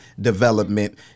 development